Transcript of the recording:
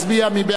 מי נגד?